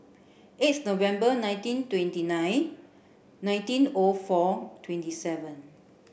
eighth November nineteen twenty nine nineteen O four twenty seven